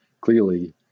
clearly